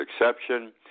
exception